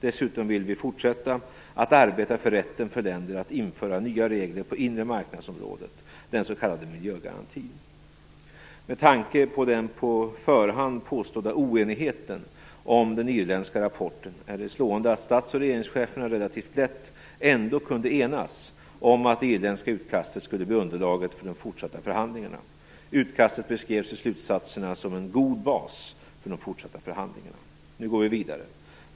Dessutom vill vi fortsätta att arbeta för rätten för länder att införa nya regler på inre marknadsområdet, den s.k. miljögarantin. Med tanke på den på förhand påstådda oenigheten om den irländska rapporten, är det slående att statsoch regeringscheferna relativt lätt ändå kunde enas om att det irländska utkastet skulle bli underlag för de fortsatta förhandlingarna. Utkastet beskrevs i slutsatserna som en god bas i de fortsatta förhandlingarna. Nu går vi vidare.